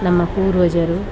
ನಮ್ಮ ಪೂರ್ವಜರು